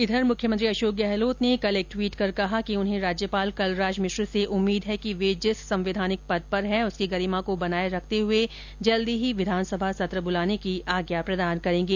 इधर मुख्यमंत्री अशोक गहलोत ने एक ट्वीट कर कहा कि उन्हें राज्यपाल कलराज मिश्र से उम्मीद है कि वे जिस संवैधानिक पद पर हैं उसकी गरिमा को बनाए रखते हुए जल्दी ही विधानसभा सत्र बुलाने की आज्ञा प्रदान करेंगे